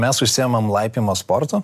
mes užsiimam laipiojimo sportu